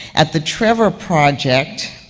at the trevor project